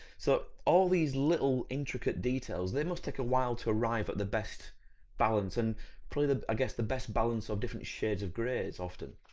so all these little intricate details they must take a while to arrive at the best balance and probably, i guess, the best balance of different shades of greys often?